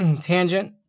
tangent